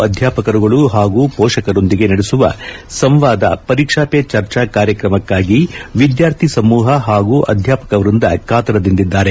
ಅಧ್ವಾಪಕರುಗಳು ಹಾಗೂ ಪೋಷಕರೊಂದಿಗೆ ನಡೆಸುವ ಸಂವಾದ ಪರೀಕ್ಷಾ ಪೆ ಚರ್ಚಾ ಕಾರ್ಯಕ್ರಮಕ್ಕಾಗಿ ವಿದ್ಯಾರ್ಥಿ ಸಮೂಹ ಹಾಗೂ ಅಧ್ಲಾಪಕ ವ್ಯಂದ ಕಾತರದಿಂದಿದ್ದಾರೆ